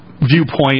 viewpoint